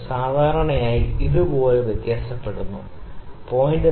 ഇത് സാധാരണയായി ഇതുപോലെ വ്യത്യാസപ്പെടുന്നു ശരി